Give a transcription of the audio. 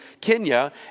Kenya